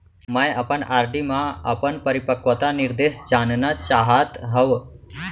मै अपन आर.डी मा अपन परिपक्वता निर्देश जानना चाहात हव